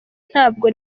ntabwo